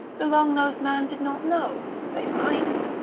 the long-nosed man did not know they might.